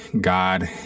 God